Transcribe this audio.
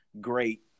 great